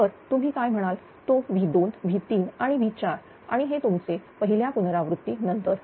तर तुम्ही काय म्हणाल तो V2V3 आणि V4 आणि हे तुमचे पहिल्या पुनरावृत्ती नंतर